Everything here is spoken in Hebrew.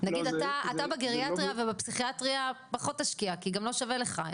נגיד אתה בגריאטריה ופסיכיאטריה פחות תשקיע כי גם לא שווה לך,